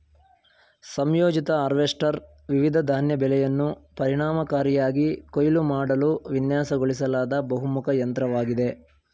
ಸಂಯೋಜಿತ ಹಾರ್ವೆಸ್ಟರ್ ವಿವಿಧ ಧಾನ್ಯ ಬೆಳೆಯನ್ನು ಪರಿಣಾಮಕಾರಿಯಾಗಿ ಕೊಯ್ಲು ಮಾಡಲು ವಿನ್ಯಾಸಗೊಳಿಸಲಾದ ಬಹುಮುಖ ಯಂತ್ರವಾಗಿದೆ